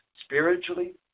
spiritually